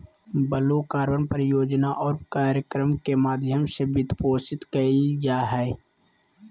blue carbon परियोजना और कार्यक्रम के माध्यम से वित्तपोषित कइल जा हइ